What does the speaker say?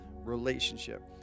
relationship